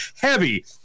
heavy